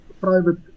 private